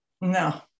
No